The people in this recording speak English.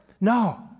no